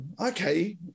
okay